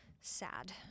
sad